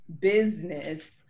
business